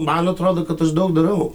man atrodo kad aš daug darau